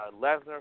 Lesnar